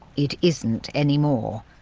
it isn't anymore.